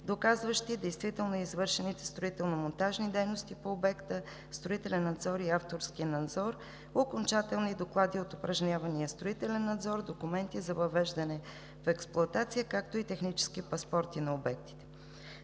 доказващи действително извършените строително-монтажни дейности по обекта, строителен и авторски надзор, окончателни доклади от упражнявания строителен надзор, документи за въвеждане в експлоатация, както и технически паспорти на обектите.